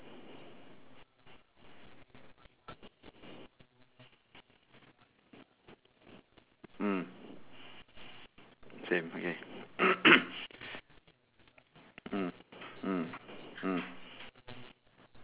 mm same okay